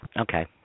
okay